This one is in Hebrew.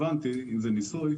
זה ניסוי,